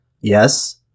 Yes